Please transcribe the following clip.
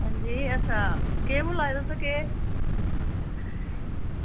अंजी अच्छा केह् बोल्ला दे तुस केह्